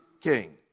king